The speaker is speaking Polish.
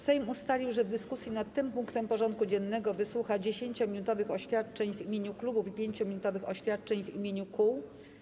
Sejm ustalił, że w dyskusji nad tym punktem porządku dziennego wysłucha 10-minutowych oświadczeń w imieniu klubów i 5-minutowych oświadczeń w imieniu kół.